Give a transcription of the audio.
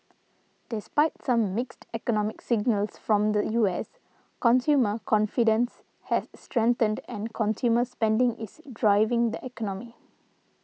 despite some mixed economic signals from the U S consumer confidence has strengthened and consumer spending is driving the economy